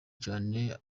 cane